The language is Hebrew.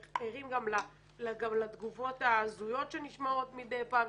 ערים גם לתגובות ההזויות שנשמעות מדי פעם,